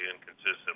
inconsistent